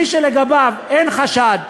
מי שלגביו אין חשד,